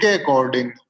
according